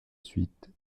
suite